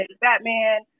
Batman